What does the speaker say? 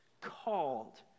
Called